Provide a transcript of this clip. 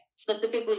specifically